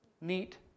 neat